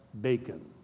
bacon